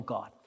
God